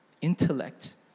intellect